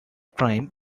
crime